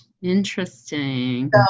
interesting